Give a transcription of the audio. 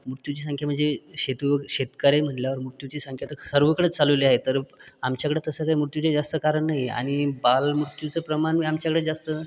मृत्यूची संख्या म्हणजे शेतव शेतकरी म्हणल्यावर मृत्यूची संख्या तर सर्वकडंच चालवली आहे तर आमच्याकडं तसं काही मृत्यूचे जास्त कारण नाही आहे आणि बालमृत्यूचं प्रमाण आमच्याकडं जास्त